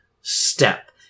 step